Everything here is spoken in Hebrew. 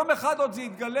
יום אחד עוד זה יתגלה,